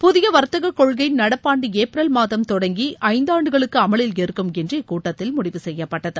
புதிய வர்த்தக் கொள்கை நடப்பாண்டு ஏப்ரல் மாதம் தொடங்கி ஐந்தாண்டுகளுக்கு அமலில் இருக்கும் என்று இக்கூட்டத்தில் முடிவு செய்யப்பட்டது